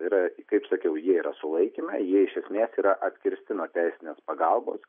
tai yra kaip sakiau jie yra sulaikyme jie iš esmės yra atkirsti nuo teisinės pagalbos